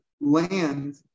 land